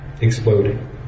exploding